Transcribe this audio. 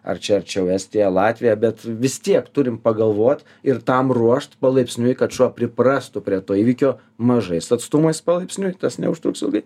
ar čia arčiau estija latvija bet vis tiek turim pagalvot ir tam ruošt palaipsniui kad šuo priprastų prie to įvykio mažais atstumais palaipsniui tas neužtruks ilgai